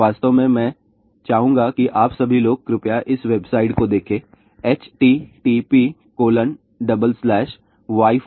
वास्तव में मैं चाहूंगा कि आप सभी लोग कृपया इस वेबसाइट को देखें httpwifiinschoolscom